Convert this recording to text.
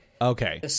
Okay